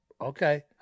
okay